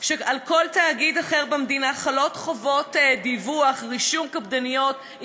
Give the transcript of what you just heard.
על כל תאגיד אחר במדינה חלות חובות דיווח ורישום קפדניות,